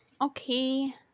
Okay